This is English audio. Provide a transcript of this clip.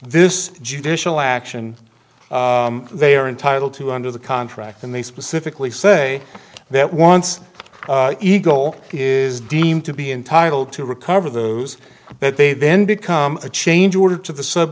this judicial action they are entitled to under the contract and they specifically say that once the ego is deemed to be entitled to recover those but they then become a change order to the sub